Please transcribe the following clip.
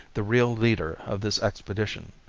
the real leader of this expedition.